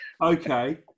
Okay